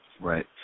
Right